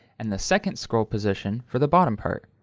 and the second scroll position for the bottom part.